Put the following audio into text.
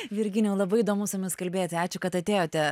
virginijau labai įdomu su jumis kalbėti ačiū kad atėjote